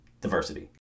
Diversity